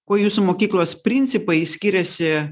kuo jūsų mokyklos principai skiriasi